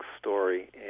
story